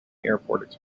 airport